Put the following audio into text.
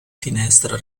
finestra